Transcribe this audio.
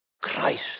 Christ